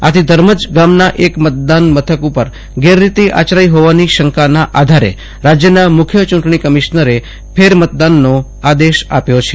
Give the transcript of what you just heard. આથી ધર્મજ ગામના એક મતદાન મથક પર ગેરરીતિ આચરાઈ હોવાની શંકાના આધારે રાજયના મુખ્ય ચૂંટણી કમિશનરે ફેર મતદાનનો આદેશ આપ્યો છે